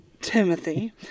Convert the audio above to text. Timothy